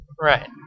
Right